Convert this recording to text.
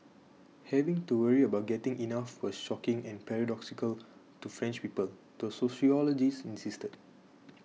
having to worry about getting enough was shocking and paradoxical to French people the sociologist insisted